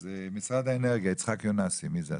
אז משרד האנרגיה, יצחק יונסי, משרד